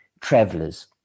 travelers